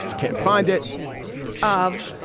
she can't find it of.